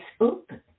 open